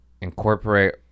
Incorporate